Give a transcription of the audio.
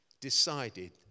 decided